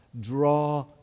draw